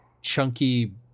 chunky